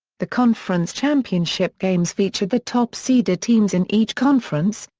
the conference championship games featured the top seeded teams in each conference,